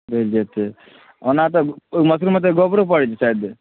गलि जेतै ओना तऽ मशरूममे तऽ गोबरो पड़ै छै शायद